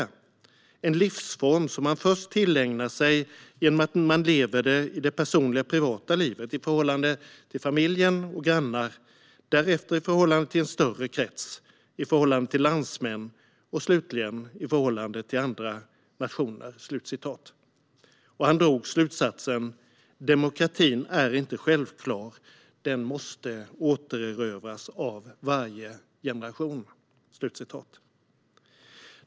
Det är en livsform som man först tillägnar sig genom att man lever den i det personliga, privata livet och i förhållande till familjen och grannar, därefter i förhållande till en större krets, i förhållande till landsmän och slutligen i förhållande till andra nationer. Hal Koch drog slutsatsen att demokratin inte är självklar. Den måste återerövras av varje generation.